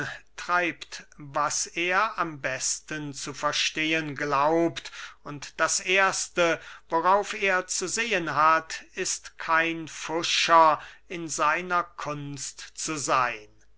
treibt was er am besten zu verstehen glaubt und das erste worauf er zu sehen hat ist kein pfuscher in seiner kunst zu seyn